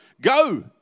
go